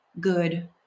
good